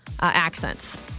accents